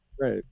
Right